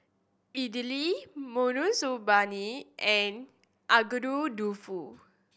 Idili Monsunabe and Agedashi Dofu